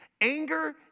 anger